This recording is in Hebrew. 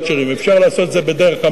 אפשר לעשות את זה בדרך המלך,